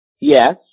Yes